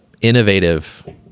innovative